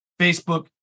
Facebook